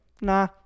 Nah